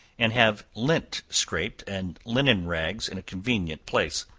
and have lint scraped and linen rags in a convenient place.